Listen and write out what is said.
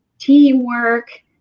Teamwork